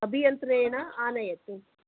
अभियन्त्रेण आनयतु